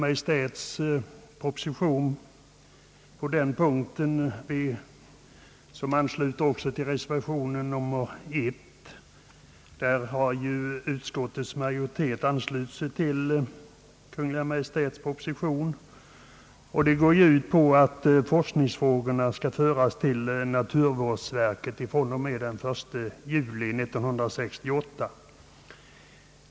Beträffande den punkt i propositionen som reservation nr 1 avser har ju utskottets majoritei anslutit sig till Kungl. Maj:ts förslag, vilket går ut på att forskningsfrågorna skall föras till naturvårdsverket den 1 juli 1968.